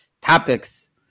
topics